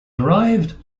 arrived